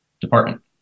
department